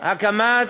מדובר בהקמת